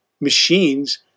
machines